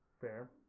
Fair